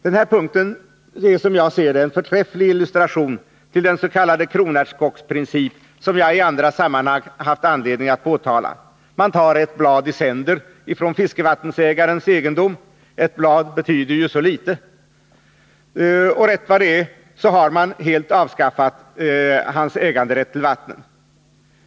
Den här punkten är, som jag ser det, en förträfflig illustration till den s.k. kronärtskocksprincip som jag i andra sammanhang haft anledning att påtala: man tar ett blad i sänder från fiskevattensägarens egendom — ett blad betyder ju så litet — men rätt vad det är har man helt avskaffat hans äganderätt till vattnet.